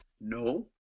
No